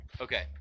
Okay